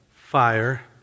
fire